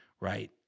right